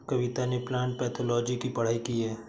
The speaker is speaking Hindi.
कविता ने प्लांट पैथोलॉजी की पढ़ाई की है